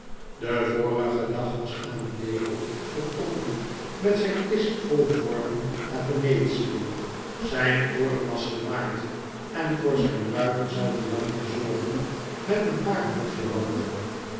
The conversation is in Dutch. den vorigen dag was amedeo vertrokken met zijn kist vol vormen naar venetie zijn koren was gemaaid en voor zijn druiven zou giannina zorgen met een paar